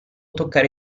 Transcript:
toccare